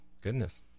Goodness